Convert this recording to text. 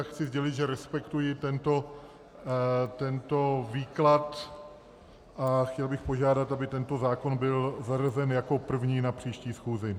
Chci sdělit, že respektuji tento výklad, a chtěl bych požádat, aby tento zákon byl zařazen jako první na příští schůzi.